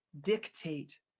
dictate